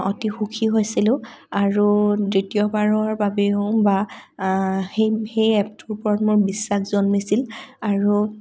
অতি সুখী হৈছিলোঁ আৰু দ্ৱিতীয়বাৰৰ বাবেও বা সেই সেই এপটোৰ ওপৰত মোৰ বিশ্বাস জন্মিছিল আৰু